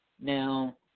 now